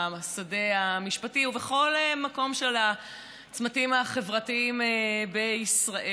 בשדה המשפטי ובכל מקום של הצמתים החברתיים בישראל.